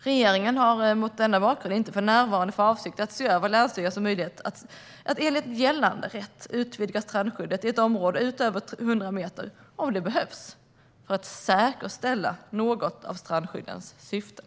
Regeringen har mot denna bakgrund för närvarande inte för avsikt att se över länsstyrelsernas möjlighet enligt gällande rätt att utvidga strandskyddet i ett område utöver 100 meter om det behövs för att säkerställa något av strandskyddets syften.